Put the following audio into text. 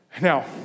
Now